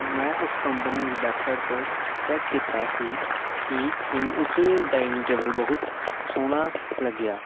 ਮੈਂ ਉਸ ਕੰਪਨੀ ਦੀ ਵੈੱਬਸਾਈਟ ਤੋਂ ਚੈੱਕ ਕੀਤਾ ਸੀ ਕਿ ਮੈਨੂੰ ਉਸ ਡਾਇਨਿੰਗ ਟੇਬਲ ਬਹੁਤ ਸੋਹਣਾ ਲੱਗਿਆ